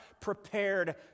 prepared